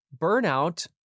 Burnout